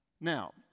Now